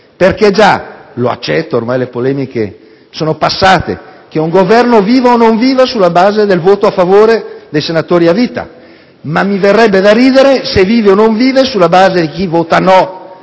regole! Io accetto - ormai le polemiche sono passate - che un Governo viva, o non viva, sulla base del voto a favore dei senatori a vita, ma mi verrebbe da ridere se vivesse, o non vivesse, sulla base di chi vota no,